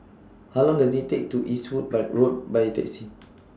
How Long Does IT Take to get to Eastwood By Road By Taxi